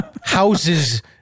houses